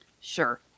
Sure